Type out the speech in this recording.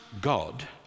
God